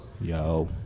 Yo